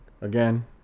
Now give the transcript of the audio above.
again